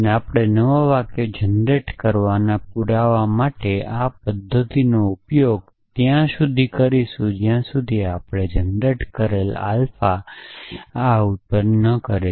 અને આપણે નવા વાક્યો બનાવવા માટેની આ પદ્ધતિનો ઉપયોગ ત્યાં સુધી કરીશું જ્યાં સુધી આપણે આલ્ફા આ ઉત્પન્ન ન કરીયે